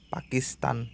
Pakistan